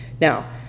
Now